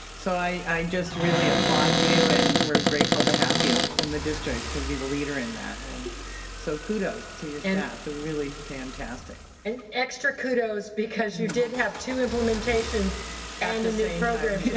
so i just really applaud you and we're grateful to have you in the district to be the leader in that. and so kudos to your staff, it's really fantastic. and extra kudos because you did have two implementations and a new program yeah